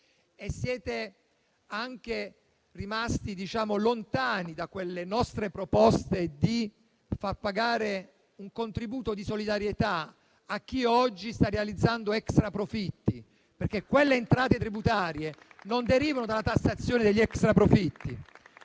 Siete anche rimasti lontani dalle nostre proposte di far pagare un contributo di solidarietà a chi oggi sta realizzando extraprofitti, perché quelle entrate tributarie non derivano dalla tassazione degli extraprofitti.